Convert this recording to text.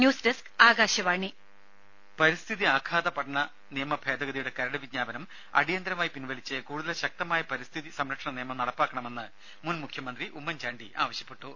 news desk Akashvani രുര പരിസ്ഥിതി ആഘാത പഠന നിയമഭേദഗതിയുടെ കരട് വിജ്ഞാപനം അടിയന്തരമായി പിൻവലിച്ച് കൂടുതൽ ശക്തമായ പരിസ്ഥിതി സംരക്ഷണ നിയമം നടപ്പാക്കണമെന്ന് മുൻ മുഖ്യമന്ത്രി ഉമ്മൻചാണ്ടി പറഞ്ഞു